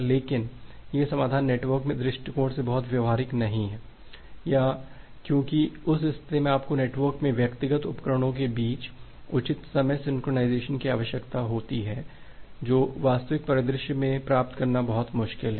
लेकिन यह समाधान नेटवर्क के दृष्टिकोण से बहुत व्यावहारिक नहीं है या क्योंकि उस स्थिति में आपको नेटवर्क में व्यक्तिगत उपकरणों के बीच उचित समय सिंक्रनाइज़ेशन की आवश्यकता होती है जो वास्तविक परिदृश्य में प्राप्त करना बहुत मुश्किल है